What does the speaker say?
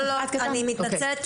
אני מצטערת.